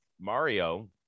mario